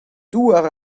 douar